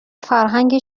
فرهنگ